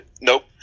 Nope